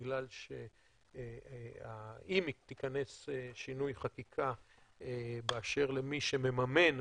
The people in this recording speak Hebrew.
בגלל שאם ייכנס שינוי חקיקה באשר למי שמממן,